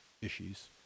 issues